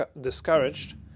discouraged